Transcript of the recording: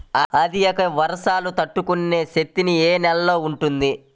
అధిక వర్షాలు తట్టుకునే శక్తి ఏ నేలలో ఉంటుంది?